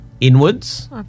inwards